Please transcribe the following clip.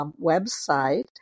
website